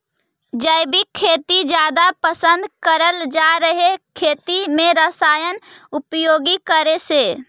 जैविक खेती जादा पसंद करल जा हे खेती में रसायन उपयोग करे से